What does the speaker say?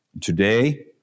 Today